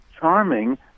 charming